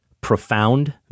profound